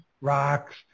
rocks